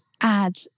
add